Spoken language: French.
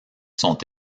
sont